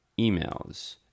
emails